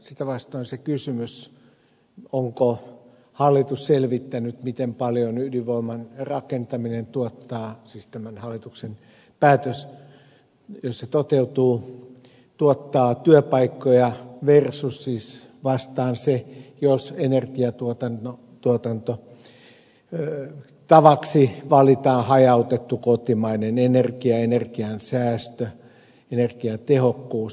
sitä vastoin siihen kysymykseen onko hallitus selvittänyt miten paljon ydinvoiman rakentaminen siis jos tämän hallituksen päätös toteutuu tuottaa työpaikkoja versus siis vastaan se jos energiatuotantotavaksi valitaan hajautettu kotimainen energia energiansäästö energiatehokkuus